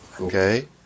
Okay